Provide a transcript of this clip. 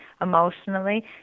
emotionally